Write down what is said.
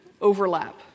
overlap